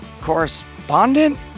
Correspondent